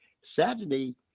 Saturday